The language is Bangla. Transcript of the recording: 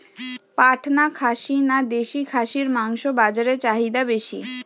পাটনা খাসি না দেশী খাসির মাংস বাজারে চাহিদা বেশি?